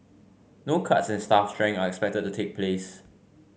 no cuts in staff strength are expected to take place